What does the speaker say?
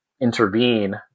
intervene